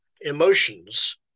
emotions